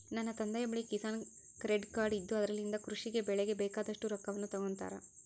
ನನ್ನ ತಂದೆಯ ಬಳಿ ಕಿಸಾನ್ ಕ್ರೆಡ್ ಕಾರ್ಡ್ ಇದ್ದು ಅದರಲಿಂದ ಕೃಷಿ ಗೆ ಬೆಳೆಗೆ ಬೇಕಾದಷ್ಟು ರೊಕ್ಕವನ್ನು ತಗೊಂತಾರ